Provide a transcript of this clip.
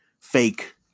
fake